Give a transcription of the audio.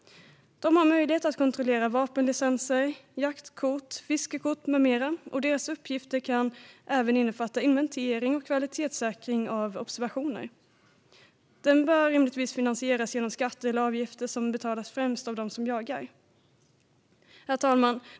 De har möjlighet att kontrollera vapenlicenser, jaktkort, fiskekort med mera. En sådan myndighets uppgifter kan även innefatta inventering och kvalitetssäkring av observationer. Den bör finansieras genom skatter eller avgifter som betalas främst av dem som jagar. Herr talman!